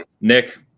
Nick